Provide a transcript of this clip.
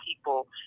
people